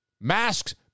Masks